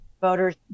voters